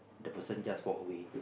the person just walk away